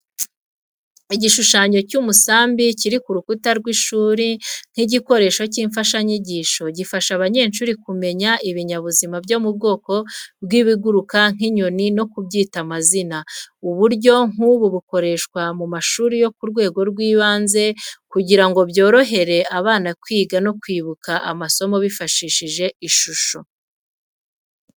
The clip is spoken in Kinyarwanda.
Igishushanyo cy’umusambi kiri ku rukuta rw’ishuri nk’igikoresho cy’imfashanyigisho. Gifasha abanyeshuri kumenya ibinyabuzima byo mu bwoko bw'ibiguruka nk’inyoni no kubyita amazina. Uburyo nk’ubu bukoreshwa mu mashuri yo ku rwego rw’ibanze kugira ngo byorohere abana kwiga no kwibuka amasomo bifashishije ishusho.